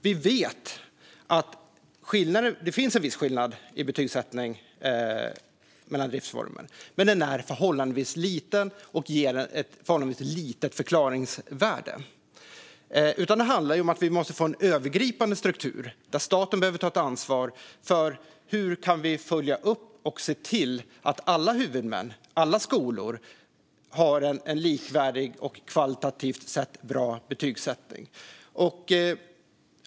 Vi vet att det finns en viss skillnad i betygsättning mellan driftsformer, men den är förhållandevis liten och ger ett förhållandevis litet förklaringsvärde. Vad det handlar om är att vi måste få en övergripande struktur där staten tar ansvar för hur vi kan följa upp och se till att alla huvudmän och alla skolor har en likvärdig och kvalitativt sett bra betygsättning.